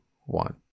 one